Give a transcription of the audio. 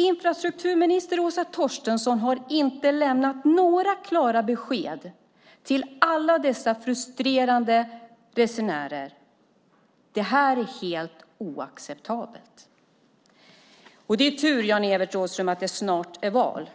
Infrastrukturminister Åsa Torstensson har inte lämnat några klara besked till alla dessa frustrerade resenärer. Det här är helt oacceptabelt. Det är tur, Jan-Evert Rådhström, att det snart är val.